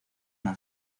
una